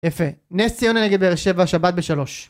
יפה, נס ציונה נגד באר שבע, שבת בשלוש.